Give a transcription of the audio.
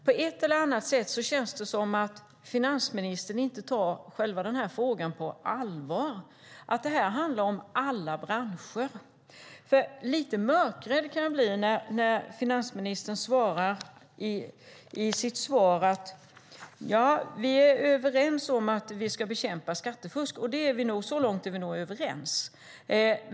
På ett eller annat sätt känns det som att finansministern inte tar den här frågan på allvar. Det här handlar om alla branscher. Jag kan bli lite mörkrädd av finansministerns svar. Han säger: Ja, vi är överens om att vi ska bekämpa skattefusk. Så långt är vi nog överens.